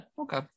Okay